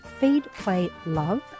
feedplaylove